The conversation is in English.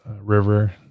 river